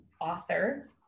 author